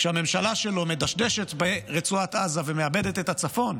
כשהממשלה שלו מדשדשת ברצועת עזה ומאבדת את הצפון,